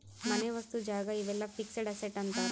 ಮನೆ ವಸ್ತು ಜಾಗ ಇವೆಲ್ಲ ಫಿಕ್ಸೆಡ್ ಅಸೆಟ್ ಅಂತಾರ